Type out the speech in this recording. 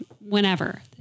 whenever